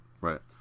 Right